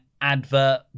advert